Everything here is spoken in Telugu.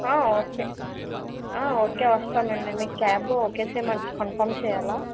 ఓకే ఓకే వస్తానండీ మీకు క్యాబ్ ఓకే చేయమంటారా కన్ఫర్మ్ చెయ్యాలా